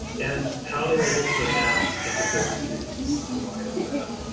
and how they were able to adapt and to build communities in light of that,